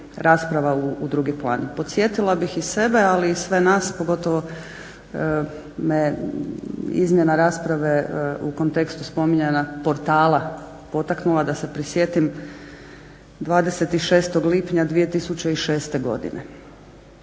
rasprava u drugi plan. Podsjetila bih i sebe, ali i sve nas pogotovo me izmjena rasprave u kontekstu spominjanja portala potaknula da se prisjetim 26. lipnja 2006. godine.